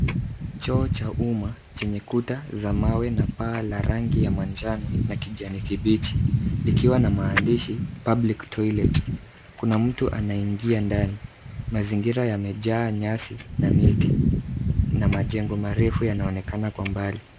Chuo cha umma chenye kuta za mawe na paa la rangi ya manjano na kijani kibichi likiwa na maandishi public toilet . Kuna mtu anaingia ndani. Mazingira yamejaa nyasi na miti na majengo marefu yanaonekana kwa mbali.